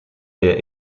der